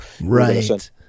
right